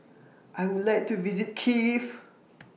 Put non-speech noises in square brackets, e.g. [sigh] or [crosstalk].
I Would like to visit Kiev [noise]